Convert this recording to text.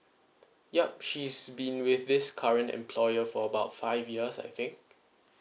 yup she's been with this current employer for about five years I think